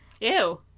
Ew